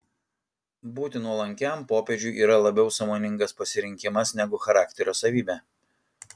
būti nuolankiam popiežiui yra labiau sąmoningas pasirinkimas negu charakterio savybė